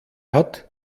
hat